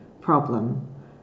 problem